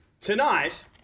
Tonight